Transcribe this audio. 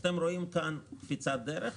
אתם רואים כאן קפיצת דרך.